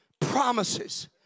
promises